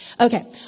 Okay